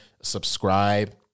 Subscribe